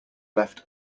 left